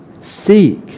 seek